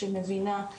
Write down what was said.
שמבינה,